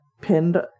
pinned